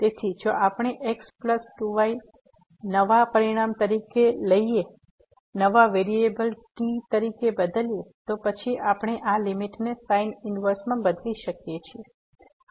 તેથી જો આપણે x પ્લસ 2 y નવા પરિમાણ તરીકે લઈએ નવા વેરીએબલ t તરીકે બદલીએ તો પછી આપણે આ લીમીટને sin ઇનવર્સ માં બદલી શકીએ છીએ